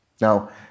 Now